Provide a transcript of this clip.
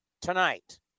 tonight